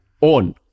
on